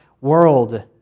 world